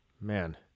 Man